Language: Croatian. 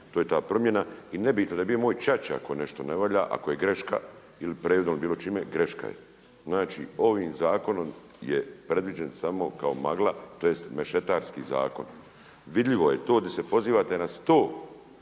to je ta promjena. Govornik se ne razumije./…ako je greška, ili previdom ili bilo čime je greška. Znači ovim zakonom je predviđen samo kao magla, tj. mešetarski zakon. Vidljivo je to di se pozivate na 100